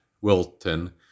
Wilton